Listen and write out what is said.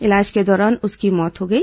इलाज के दौरान उसकी मौत हो गई